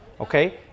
okay